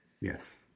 yes